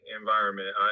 environment